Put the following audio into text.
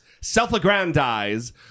self-aggrandize